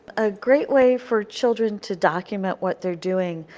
a great way for children to document what they are doing,